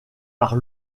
par